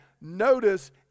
notice